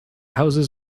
houses